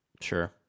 Sure